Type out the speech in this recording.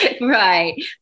right